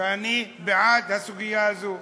ואני בעד ההצעה הזו.